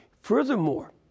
Furthermore